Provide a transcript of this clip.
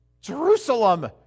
Jerusalem